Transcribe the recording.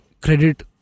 credit